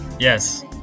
Yes